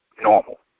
normal